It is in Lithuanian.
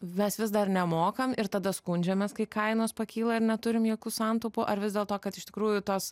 mes vis dar nemokam ir tada skundžiamės kai kainos pakyla ir neturim jokių santaupų ar vis dėlto kad iš tikrųjų tas